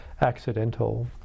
accidental